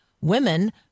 women